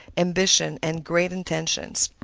ambition and great intentions.